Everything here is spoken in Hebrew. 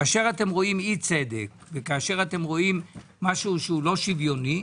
כאשר אתם רואים אי צדק וכשאתם רואים משהו שלא שוויוני,